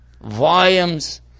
volumes